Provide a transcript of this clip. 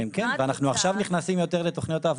הם כן, ואנחנו עכשיו נכנסים יותר לתוכניות העבודה.